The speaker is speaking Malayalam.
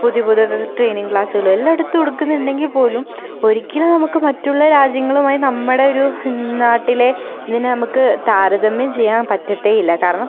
പുതിയ പുതിയ ട്രെയിനിങ് ക്ലാസ്സുകളും എല്ലാം എടുത്ത് കൊടുക്കുന്നുണ്ടെങ്കിൽ പോലും ഒരിക്കലും നമുക്ക് മറ്റുള്ള രാജ്യങ്ങളുമായി നമ്മുടെ ഒരു നാട്ടിലെ ഇതിനെ നമുക്ക് താരതമ്യം ചെയ്യാൻ പറ്റത്തേയില്ല കാരണം